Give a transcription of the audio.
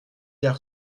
hier